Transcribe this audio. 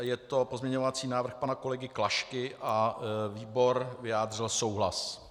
Je to pozměňovací návrh pana kolegy Klašky a výbor vyjádřil souhlas.